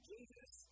Jesus